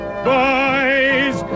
boys